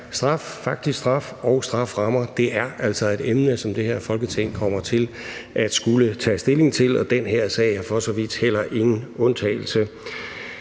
straf faktisk straf, og strafferammer er altså et emne, som det her Folketing kommer til at skulle tage stilling til, og den her sag er for så vidt heller ingen undtagelse.